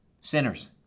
sinners